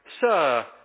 Sir